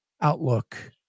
outlook